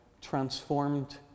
transformed